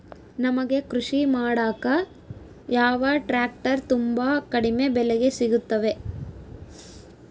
ನಮಗೆ ಕೃಷಿ ಮಾಡಾಕ ಯಾವ ಟ್ರ್ಯಾಕ್ಟರ್ ತುಂಬಾ ಕಡಿಮೆ ಬೆಲೆಗೆ ಸಿಗುತ್ತವೆ?